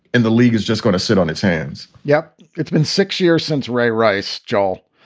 and the league is just going to sit on its hands. yeah it's been six years since ray rice jol,